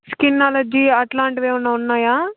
skin allergy అట్లాంటివి ఏమైనా ఉన్నాయా